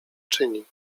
czyni